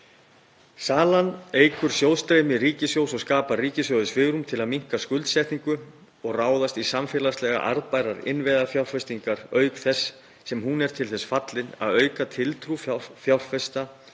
Salan eykur sjóðstreymi ríkissjóðs og skapar honum svigrúm til að minnka skuldsetningu og ráðast í samfélagslega arðbærar innviðafjárfestingar auk þess sem hún er til þess fallin að auka tiltrú fjárfesta